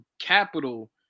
capital